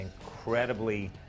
incredibly